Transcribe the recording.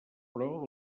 però